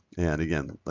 and again,